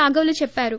రాఘవులు చెప్పారు